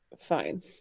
Fine